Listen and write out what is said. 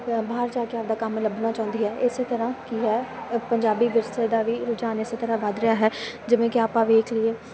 ਜਾਂ ਬਾਹਰ ਜਾ ਕੇ ਆਪਦਾ ਕੰਮ ਲੱਭਣਾ ਚਾਹੁੰਦੀ ਹੈ ਇਸ ਤਰ੍ਹਾਂ ਕੀ ਹੈ ਪੰਜਾਬੀ ਵਿਰਸੇ ਦਾ ਵੀ ਰੁਝਾਨ ਇਸ ਤਰ੍ਹਾਂ ਵੱਧ ਰਿਹਾ ਹੈ ਜਿਵੇਂ ਕਿ ਆਪਾਂ ਵੇਖ ਲਈਏ